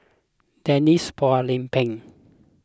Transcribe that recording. Denise Phua Lay Peng